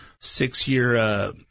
six-year